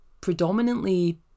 predominantly